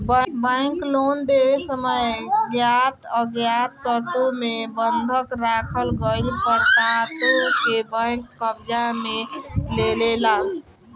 bank loan देवे समय ज्ञात अज्ञात शर्तों मे बंधक राखल गईल पदार्थों के बैंक कब्जा में लेलेला